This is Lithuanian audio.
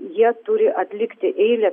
jie turi atlikti eilę